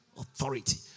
Authority